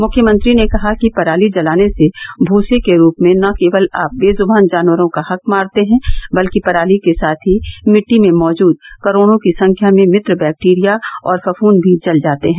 मुख्यमंत्री ने कहा कि पराली जलाने से भूसे के रूप में न केवल आप बेज़बान जानवरों का हक माारते हैं बल्कि पराली के साथ ही मिट्टी में मौजूद करोड़ों की संख्या में मित्र बैक्टीरिया और फफ्रद भी जल जाते हैं